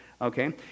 Okay